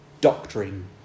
doctrine